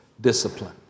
discipline